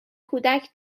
کودک